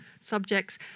subjects